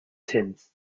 tins